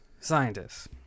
scientists